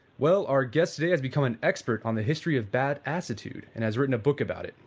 well, our guest today has become an expert on the history of badassitude and has written a book about it.